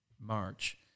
March